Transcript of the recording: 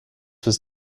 was